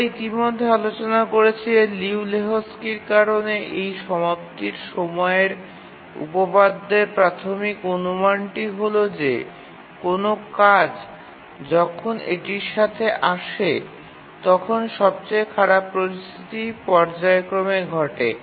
আমরা ইতিমধ্যে আলোচনা করেছি যে লিউ লেহোকস্কি কারণে এই সমাপ্তির সময়ের উপপাদ্যের প্রাথমিক অনুমানটি হল যে কোনও কাজ যখন এটির সাথে আসে তখন সবচেয়ে খারাপ পরিস্থিতি পর্যায়ক্রমে ঘটে